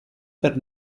per